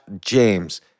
James